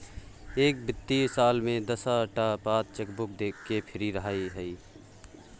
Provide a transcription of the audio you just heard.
एक बित्तीय साल मे दस टा पात चेकबुक केर फ्री रहय छै